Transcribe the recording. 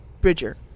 bridger